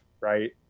right